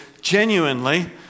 genuinely